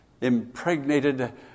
impregnated